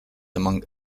among